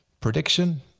Prediction